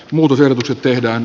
murrokset tehdään